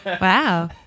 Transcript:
wow